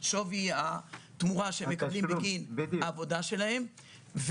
שווי התמורה שהם מקבלים בגין העבודה שלהם,